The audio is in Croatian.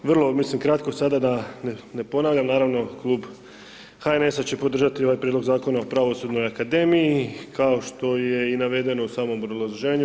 Vrlo, mislim, kratko, sada da ne ponavljam, naravno, klub HNS-a će podržati ovaj prijedlog Zakona o Pravosudnoj akademiji, kao što je i navedeno u samom obrazloženju.